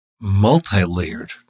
multi-layered